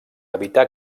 evitar